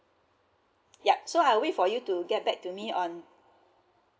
yup so I'll wait for you to get back to me on